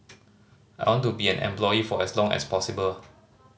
I want to be an employee for as long as possible